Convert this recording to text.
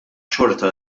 xorta